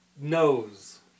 knows